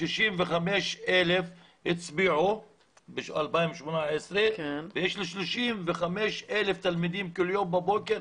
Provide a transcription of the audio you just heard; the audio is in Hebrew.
65,000 הצביעו בשנת 2018 ויש לי 35,000 תלמידים כל יום בבוקר